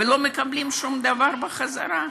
ולא מקבלים שום דבר בחזרה.